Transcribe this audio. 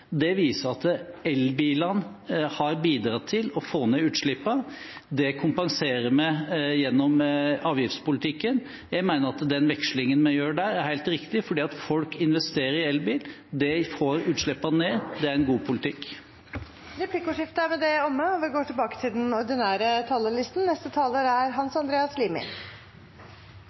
Det viser at elbilene har bidratt til å få ned utslippene. Det kompenserer vi gjennom avgiftspolitikken. Jeg mener at den vekslingen vi gjør der, er helt riktig, for folk investerer i elbil, det får utslippene ned – det er en god politikk. Replikkordskiftet er dermed omme. Mangt har vært sagt om den politiske høsten vi har lagt bak oss. Nå starter vi en ny politisk vår. Jeg er takknemlig og